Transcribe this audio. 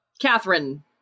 Catherine